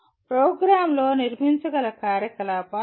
ప్రోగ్రామ్లో నిర్మించగల కార్యకలాపాలు ఇవి